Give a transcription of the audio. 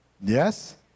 Yes